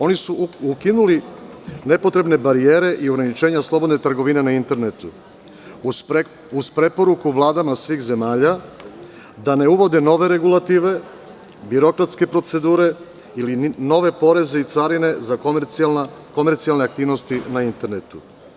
Oni su ukinuli nepotrebne barijere i ograničenja slobodne trgovine na internetu uz preporuku vladama svih zemalja da ne uvode nove regulative, birokratske procedure ili nove poreze i carine za komercijalne aktivnosti na internetu.